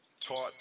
taught